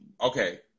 Okay